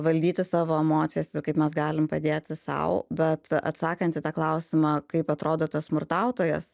valdyti savo emocijas ir kaip mes galim padėt sau bet atsakant į tą klausimą kaip atrodo tas smurtautojas